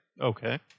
Okay